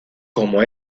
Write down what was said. como